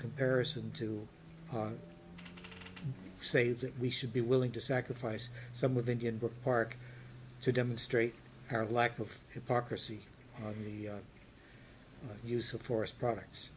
comparison to say that we should be willing to sacrifice some of indian book park to demonstrate our lack of hypocrisy in the use of forest products